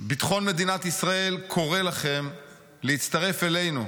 ביטחון מדינת ישראל קורא לכם להצטרף אלינו.